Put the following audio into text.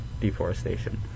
deforestation